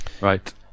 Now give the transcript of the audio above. Right